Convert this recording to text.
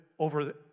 over